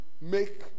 make